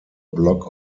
block